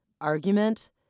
argument